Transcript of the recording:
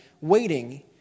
waiting